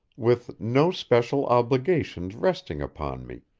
with no special obligations resting upon me,